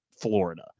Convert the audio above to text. Florida